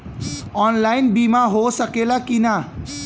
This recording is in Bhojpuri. ऑनलाइन बीमा हो सकेला की ना?